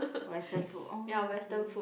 western food oh okay